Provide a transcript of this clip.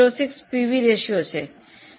06 PV ratio છે